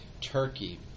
Turkey